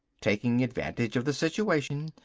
taking advantage of the situation,